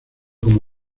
como